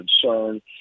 concern